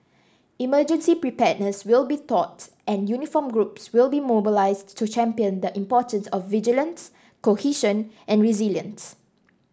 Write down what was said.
emergency preparedness will be taught and uniformed groups will be mobilised to champion the importance of vigilance cohesion and resilience